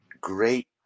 great